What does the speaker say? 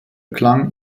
klang